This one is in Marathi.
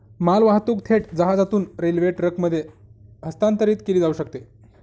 मालवाहतूक थेट जहाजातून रेल्वे ट्रकमध्ये हस्तांतरित केली जाऊ शकते